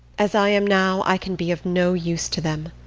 as i am now, i can be of no use to them.